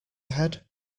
ahead